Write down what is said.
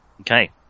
Okay